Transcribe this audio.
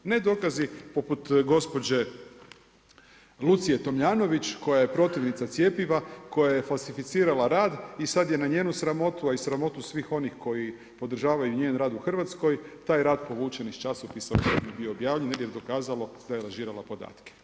Ne dokazi poput gospođe Lucije Tomljanović koja je protivnica cjepiva, koja je falsificirala rad i sada je na njenu sramotu, a i sramotu svih onih koji podržavaju njen rad u Hrvatskoj, taj je rad povučen iz časopisa u kojem je bio objavljen, negdje je dokazalo da je lažirala podatke.